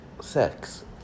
sex